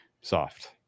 soft